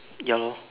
ya lor